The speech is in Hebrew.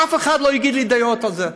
ואף אחד לא יגיד לי דעות על זה,